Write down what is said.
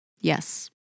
Yes